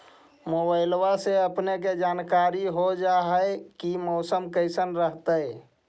मोबाईलबा से अपने के जानकारी हो जा है की मौसमा कैसन रहतय?